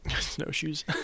Snowshoes